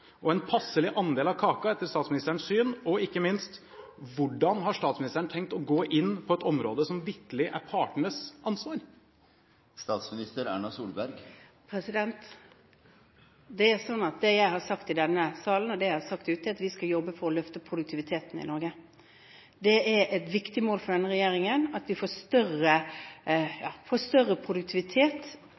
og en passelig andel av kaka, etter statsministerens syn? Og ikke minst: Hvordan har statsministeren tenkt å gå inn på et område som vitterlig er partenes ansvar? Det jeg har sagt i denne salen, og det jeg har sagt ute, er at vi skal jobbe for å løfte produktiviteten i Norge. Det er et viktig mål for denne regjeringen at vi får større produktivitet og sørger for at vi kan få nye bedrifter med høyere avkastning for å gjøre samfunnet mer robust. Høyere produktivitet